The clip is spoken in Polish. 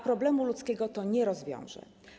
Problemu ludzkiego to nie rozwiąże.